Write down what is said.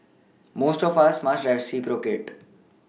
most of us must reciprocate